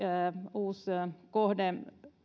uusi kohde